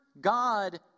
God